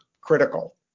critical